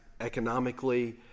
economically